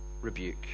rebuke